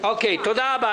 04. תודה רבה.